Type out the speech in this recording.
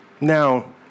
Now